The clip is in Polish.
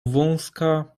wąska